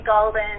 Golden